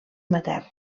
matern